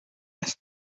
است